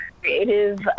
creative